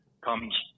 comes